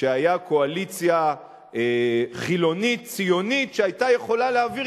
כשהיתה קואליציה חילונית-ציונית שהיתה יכולה להעביר